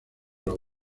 los